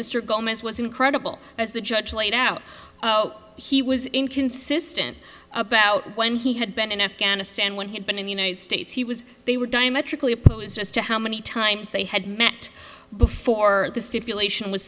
mr gomez was incredible as the judge laid out he was inconsistent about when he had been in afghanistan when he had been in the united states he was they were diametrically opposed as to how many times they had met before the stipulation w